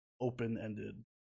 open-ended